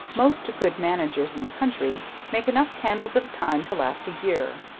most good managers in the country make enough candles at a time to last a year.